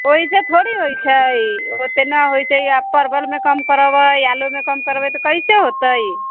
ओइसे थोड़े होइत छै ओतेक ना होइत छै परवलमे कम करबै आलूमे कम करबै तऽ कैसे होतै